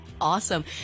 Awesome